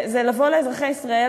זה לבוא לאזרחי ישראל,